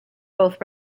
both